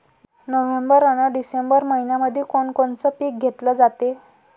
November अन December मइन्यामंधी कोण कोनचं पीक घेतलं जाते?